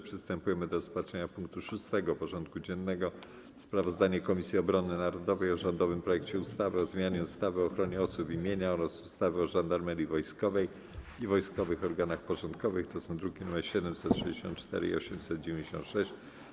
Przystępujemy do rozpatrzenia punktu 6. porządku dziennego: Sprawozdanie Komisji Obrony Narodowej o rządowym projekcie ustawy o zmianie ustawy o ochronie osób i mienia oraz ustawy o Żandarmerii Wojskowej i wojskowych organach porządkowych (druki nr 764 i 896)